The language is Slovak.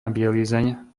bielizeň